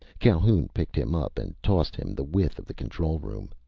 calhoun picked him up and tossed him the width of the control room.